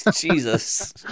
Jesus